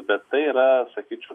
bet tai yra sakyčiau